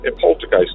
poltergeist